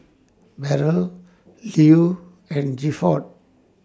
Beryl Lew and Gifford